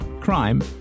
crime